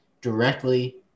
directly